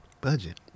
Budget